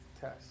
test